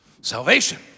salvation